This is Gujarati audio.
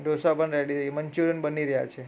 ઢોસા પણ રેડી થઈ મંચુરિયન બની રહ્યા છે